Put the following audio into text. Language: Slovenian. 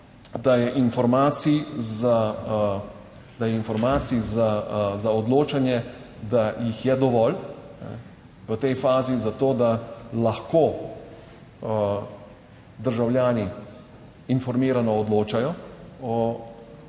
da je informacij za odločanje, da jih je dovolj v tej fazi in za to, da lahko državljani informirano odločajo o tem vprašanju.